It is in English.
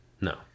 No